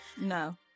no